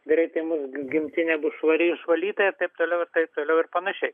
greitai mūs gi gimtinė bus švari išvalyta ir taip toliau ir taip toliau ir panašiai